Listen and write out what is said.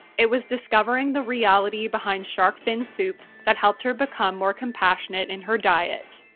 it was discovering the reality behind shark fin soup that helped her become more compassionate in her diet.